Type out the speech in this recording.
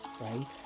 right